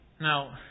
Now